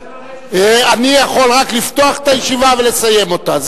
אני יכול רק לפתוח את הישיבה ולסיים אותה,